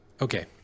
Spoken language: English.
Okay